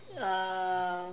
uh